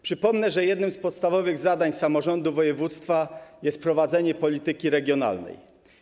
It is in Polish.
Przypomnę, że jednym z podstawowych zadań samorządu województwa jest prowadzenie polityki regionalnej.